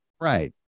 Right